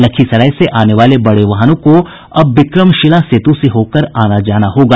लखीसराय से आने वाले बड़े वाहनों को अब विक्रमशिला सेतु से होकर आना जाना होगा